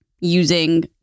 using